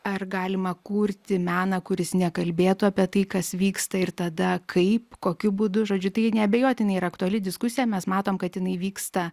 ar galima kurti meną kuris nekalbėtų apie tai kas vyksta ir tada kaip kokiu būdu žodžiu tai neabejotinai yra aktuali diskusija mes matom kad jinai vyksta